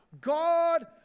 God